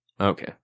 Okay